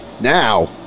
now